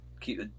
keep